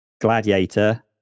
Gladiator